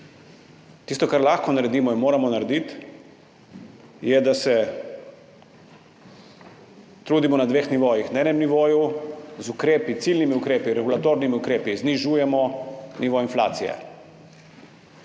Tisto, kar lahko naredimo in moramo narediti, je, da se trudimo na dveh nivojih – na enem nivoju z ukrepi, ciljnimi ukrepi, regulatornimi ukrepi znižujemo nivo inflacije.